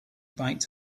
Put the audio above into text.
biked